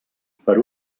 per